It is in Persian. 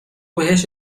بهش